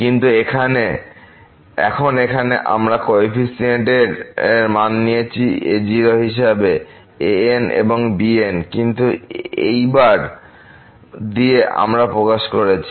কিন্তু এখন এখানে আমরা কোফিসিয়েন্টস এর মান নিয়েছি a0 হিসাবে an এবং bn কিন্তু এই বার দিয়ে আমরা প্রকাশ করেছি